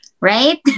right